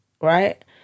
right